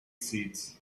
seeds